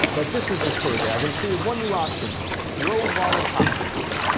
but this is the survey. i've included one new option drove while intoxicated,